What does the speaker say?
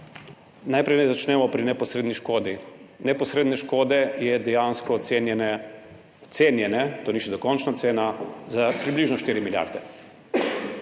Najprej naj začnemo pri neposredni škodi. Neposredne škode je dejansko ocenjene – ocenjene, to ni še dokončna cena – za približno 4 milijarde.